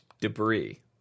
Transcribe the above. debris